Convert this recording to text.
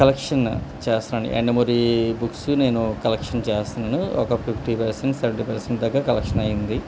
collection చేస్తాను Yandamuri books నేను collection చేస్తున్నాను ఒక ఫిఫ్టీ పర్సెంట్ సెవెంటీ పర్సెంట్ దాకా కలెక్షన్ అయింది